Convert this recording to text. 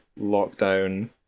lockdown